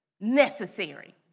necessary